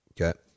Okay